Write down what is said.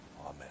Amen